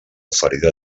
ferida